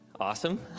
awesome